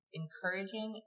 encouraging